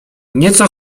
nieco